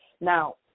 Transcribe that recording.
Now